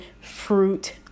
fruit